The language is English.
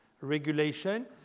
regulation